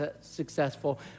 successful